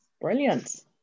brilliant